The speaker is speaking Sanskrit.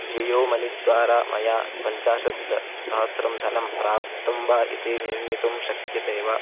जियो मनि द्वारा मया पञ्चाशद् सहस्रं धनं प्राप्तं वा इति निर्णेतुं शक्यते वा